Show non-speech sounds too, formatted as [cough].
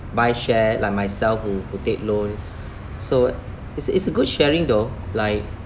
buy share like myself who who take loan [breath] so it's it's a good sharing though like